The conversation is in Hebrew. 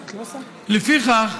לפיכך,